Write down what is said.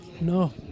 No